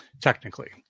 technically